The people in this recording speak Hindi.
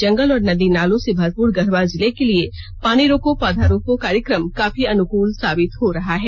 जंगल और नदी नालों से भरपूर गढवा जिले के लिये पानी रोको पौधा रोपो कार्यक्रम काफी अनुकूल साबित हो रहा है